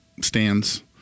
stands